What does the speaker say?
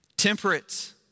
Temperate